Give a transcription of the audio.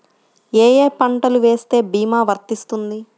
ఏ ఏ పంటలు వేస్తే భీమా వర్తిస్తుంది?